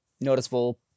noticeable